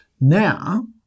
Now